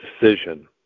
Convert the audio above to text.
decision